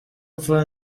mfa